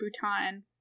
Bhutan